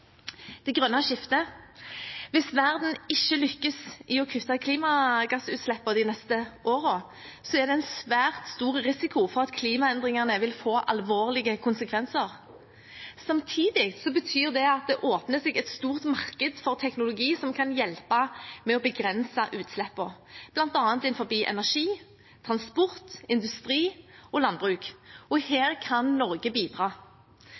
Det første er det grønne skiftet. Hvis verden ikke lykkes i å kutte klimagassutslippene de neste årene, er det en svært stor risiko for at klimaendringene vil få alvorlige konsekvenser. Samtidig betyr det at det åpner seg et stort marked for teknologi som kan hjelpe med å begrense utslippene, bl.a. innenfor energi, transport, industri og landbruk. Her kan Norge bidra.